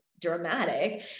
dramatic